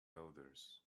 elders